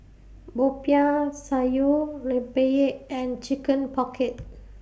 Popiah Sayur Rempeyek and Chicken Pocket